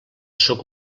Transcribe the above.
sóc